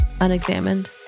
unexamined